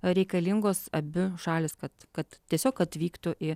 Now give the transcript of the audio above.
reikalingos abi šalys kad kad tiesiog atvyktų į